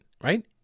right